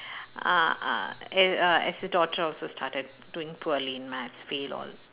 uh uh uh uh S's daughter also started doing poorly in maths fail all